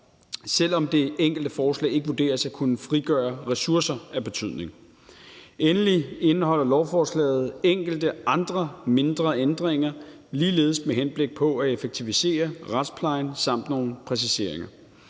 selv om det enkelte forslag ikke vurderes at kunne frigøre ressourcer af betydning. Endelig indeholder lovforslaget enkelte andre mindre ændringer – ligeledes med henblik på at effektivisere retsplejen – samt nogle præciseringer.